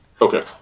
Okay